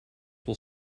will